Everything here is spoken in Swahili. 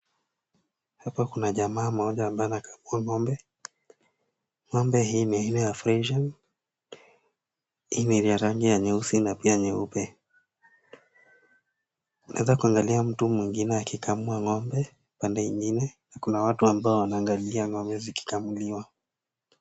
Hapa kuna jamaa mmoja ambaye anakamua ng'ombe.Ng'ombe hii ni aina ya freshian ina rangi nyeusi na pia nyeupe. Naweza kuangalia mtu mwingine akikamua ng'ombe pande ingine. Na kuna watu ambao wanaangalia ng'ombe zikikamuliwa.